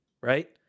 right